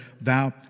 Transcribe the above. thou